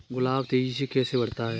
गुलाब तेजी से कैसे बढ़ता है?